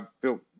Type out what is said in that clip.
built